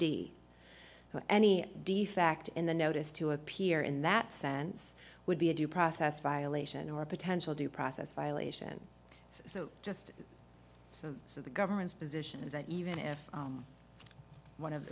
d any defect in the notice to appear in that sense would be a due process violation or potential due process violation so just so so the government's position is that even if one of